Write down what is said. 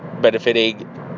benefiting